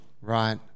Right